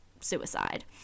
suicide